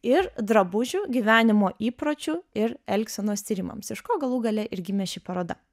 ir drabužių gyvenimo įpročių ir elgsenos tyrimams iš ko galų gale ir gimė ši paroda